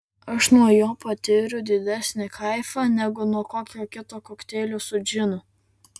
aš nuo jo patiriu didesnį kaifą negu nuo kokio kito kokteilio su džinu